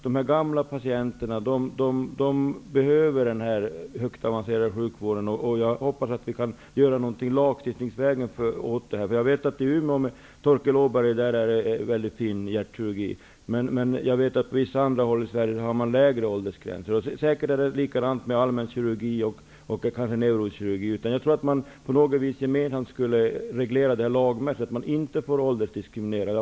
De gamla patienterna behöver denna högt avancerade sjukvård, och jag hoppas att vi lagstiftningsvägen kan göra något åt nuvarande förhållanden. Jag vet att Torkel Åberg i Umeå har en mycket fin hjärtkirurgisk verksamhet, men på andra ställen har man tyvärr lägre åldersgränser. Säkerligen är det likadant inom allmänkirurgin och kanske även inom neurokirurgin. Jag menar att vi i lag borde föreskriva att man inte får åldersdiskriminera någon.